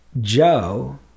Joe